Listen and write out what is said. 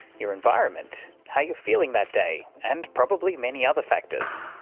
your environment, how you're feeling that day, and probably many other factors.